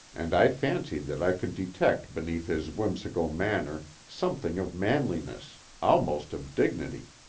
and i fancied that i could detect beneath his whimsical manner something of manliness, almost of dignity.